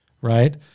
right